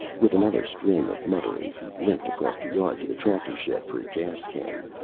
with another string of mutterings, he limped across the yard to the tractor shed for a gas can.